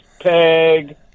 Peg